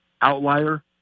outlier